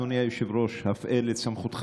אדוני היושב-ראש: הפעל את סמכותך.